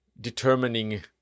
determining